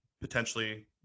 potentially